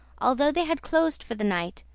although they had closed for the night,